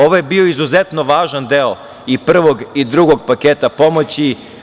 Ovo je bio izuzetno važan deo i prvog i drugog paketa pomoći.